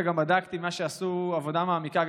וגם בדקתי אצל מי שעשו עבודה מעמיקה,